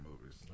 movies